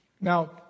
Now